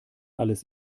alles